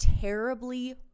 terribly